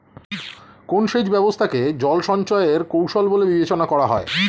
কোন সেচ ব্যবস্থা কে জল সঞ্চয় এর কৌশল বলে বিবেচনা করা হয়?